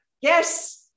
yes